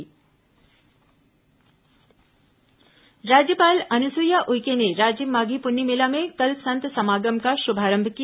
संत समागम राज्यपाल अनुसुईया उइके ने राजिम माधी पुन्नी मेला में कल संत समागम का शुभारंभ किया